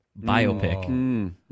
biopic